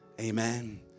amen